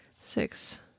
Six